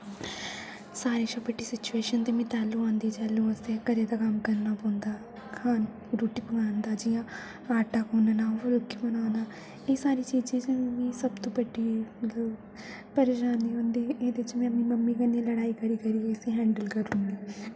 सारे शा बड्डी सिचुएशन मी तेल्लु आंदी जोल्लै असु घरे दा कम्म करना पौंदा रूटटी पकान दा जियां आटा गुनना फुल्के बनाना एह् सारी चीजें च मिगी सबतु बड्डी मतलब परेशानी औंदी एह्दे च मैं अपनी मम्मी कन्ने लड़ाई करी करिये उस्सी हैंडल करी लेनी